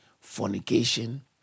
fornication